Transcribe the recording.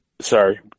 sorry